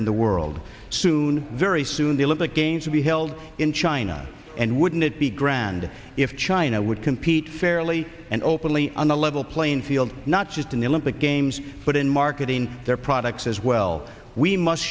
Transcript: in the world soon very soon the olympic games would be held in china and wouldn't it be grand if china would compete fairly and openly on a level playing field not just in the olympic games but in marketing their products as well we must